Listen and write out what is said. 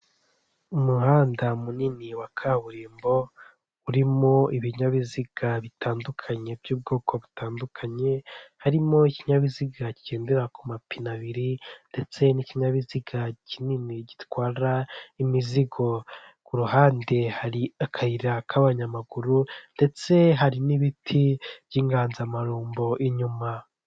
Urupapuro rw'umweru cyangwa se rwera rwanditsweho amagambo ibishushanyo ndetse n'andi mabara atandukanye, handitsweho amagambo yiganjemo umukara, ay'ubururu ay'umweru ndetse akaba ariho agashushanya ka mudasobwa, hariho n'andi mabara atandukanye y'umutuku, ubururu ashushanyijemo inyoni y'umweru ndetse hakaba ashushanyijeho amabara y'ubururu, umutuku umuhondo ndetse n'icyatsi y'ibendera ry'u Rwanda.